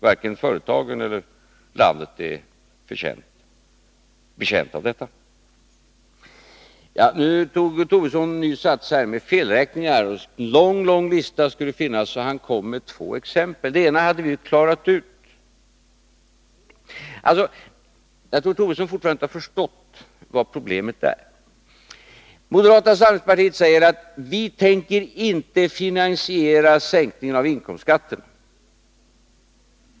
Varken företagen eller landet är betjänta av detta. Lars Tobisson tog ny sats och sade att det skulle finnas en mycket lång lista över felräkningar. Han gav två exempel, och det ena hade vi klarat ut. Jag tror att Lars Tobisson fortfarande inte har förstått vad problemet är. Moderata samlingspartiet säger: Vi tänker inte finansiera sänkningen av inkomstskatten.